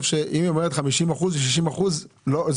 זה התיקון הטוב, מה מעבר